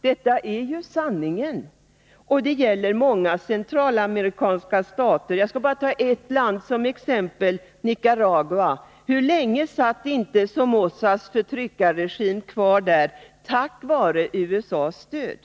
Detta är ju sanningen, och det gäller många centralamerikanska stater. Låt mig bara nämna ett land som exempel, Nicaragua. Hur länge satt inte Somozas förtryckarregim kvar tack vare USA:s stöd!